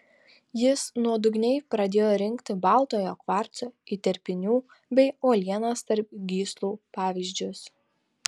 jis nuodugniai pradėjo rinkti baltojo kvarco įterpinių bei uolienos tarp gyslų pavyzdžius